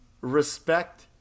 respect